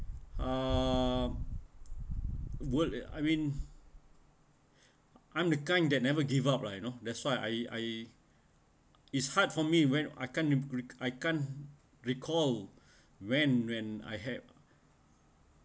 uh world I mean I'm the kind that never give up lah you know that's why I I it's hard for me when I can't I can't recall when when I have